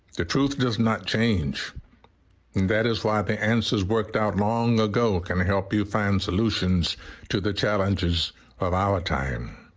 the truth does not change, and that is why the answers worked out long ago can help you find solutions to the challenges of our time.